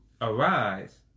Arise